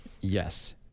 yes